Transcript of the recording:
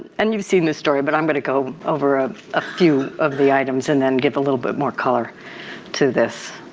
and you've seen this story but i'm going to go over ah a few of the items and then give a little bit more color to this.